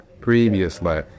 previously